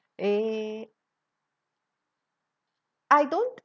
eh I don't